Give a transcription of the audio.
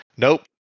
Nope